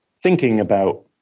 thinking about,